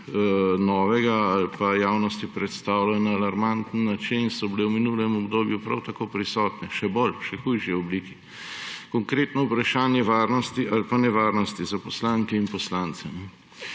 novega ali pa so javnosti predstavljene na alarmantni način, so bile v minulem obdobju prav tako prisotne, še bolj, še v hujši obliki. Konkretno vprašanje varnosti ali pa nevarnosti za poslanke in poslance.